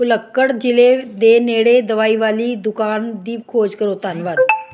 ਪਲੱਕੜ ਜ਼ਿਲ੍ਹੇ ਦੇ ਨੇੜੇ ਦਵਾਈ ਵਾਲੀ ਦੁਕਾਨ ਦੀ ਖੋਜ ਕਰੋ ਧੰਨਵਾਦ